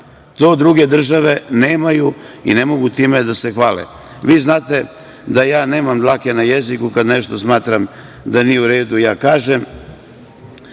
To druge države nemaju i ne mogu time da se hvale. Vi znate da ja nemam dlake na jeziku. Kad smatram da nešto nije u redu ja kažem.